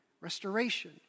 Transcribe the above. restoration